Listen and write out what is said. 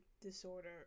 disorder